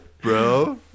bro